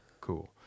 Cool